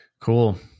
Cool